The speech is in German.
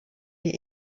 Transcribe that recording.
die